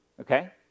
Okay